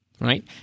Right